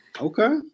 Okay